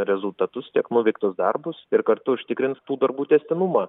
rezultatus tiek nuveiktus darbus ir kartu užtikrints tų darbų tęstinumą